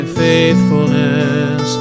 faithfulness